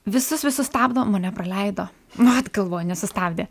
visus visus stabdo mane praleido mat galvoju nesustabdė